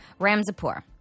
Ramzapur